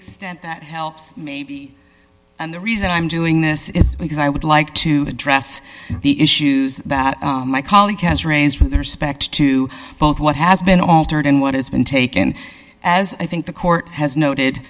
extent that helps maybe the reason i'm doing this is because i would like to address the issues that my colleague has raised with respect to both what has been altered and what has been taken as i think the court has noted